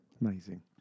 Amazing